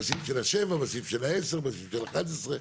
בסעיף 7, 10, 11,